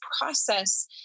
process